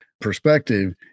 perspective